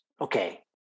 okay